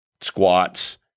squats